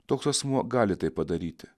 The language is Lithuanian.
toks asmuo gali tai padaryti